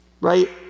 right